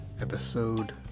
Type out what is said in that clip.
episode